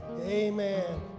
amen